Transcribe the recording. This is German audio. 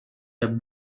der